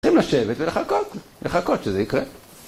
הולכים לשבת ולחכות, לחכות שזה יקרה